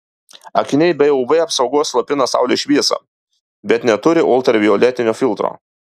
akiniai be uv apsaugos slopina saulės šviesą bet neturi ultravioletinio filtro